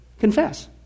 confess